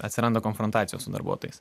atsiranda konfrontacijos su darbuotojais